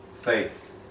faith